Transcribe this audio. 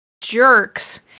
jerks